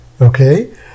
Okay